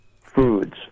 foods